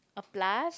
a plus